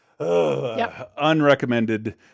Unrecommended